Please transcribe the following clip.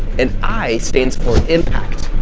and, i stands for impact.